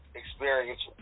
experience